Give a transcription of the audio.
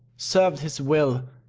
served his will,